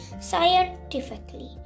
scientifically